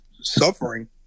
suffering